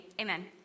Amen